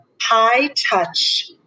high-touch